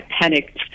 panicked